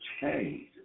change